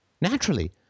Naturally